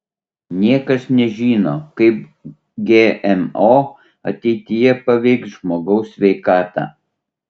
niekas nežino kaip gmo ateityje paveiks žmogaus sveikatą